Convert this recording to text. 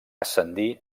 ascendir